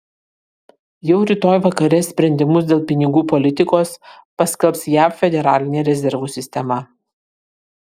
jau rytoj vakare sprendimus dėl pinigų politikos paskelbs jav federalinė rezervų sistema